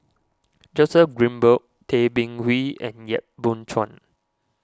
Joseph Grimberg Tay Bin Wee and Yap Boon Chuan